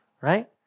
Right